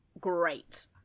Great